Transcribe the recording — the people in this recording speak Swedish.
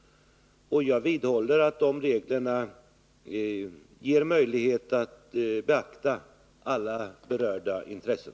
Jag vidhåller att de reglerna ger möjlighet att beakta alla berörda intressen.